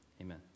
Amen